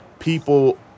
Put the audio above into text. people